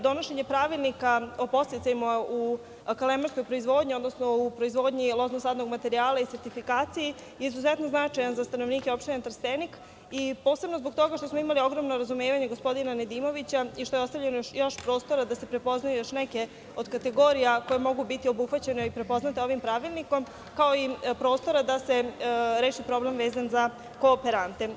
Donošenje pravilnika o podsticajima u kalemarskoj proizvodnji, odnosno u proizvodnji loznog sadnog materijala i sertifikaciji, je izuzetno značajan za stanovnike opštine Tristenik, posebno zbog toga što smo imali ogromno razumevanje gospodina Nedimovića i što je ostavljeno još prostora da se prepoznaju još neke od kategorija koje mogu biti obuhvaćene i prepoznate ovim pravilnikom, kao i prostora da se reši problem vezan za kooperante.